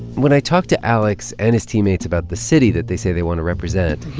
when i talk to alex and his teammates about the city that they say they want to represent.